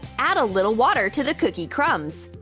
add a little water to the cookie crumbs.